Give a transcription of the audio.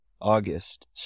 August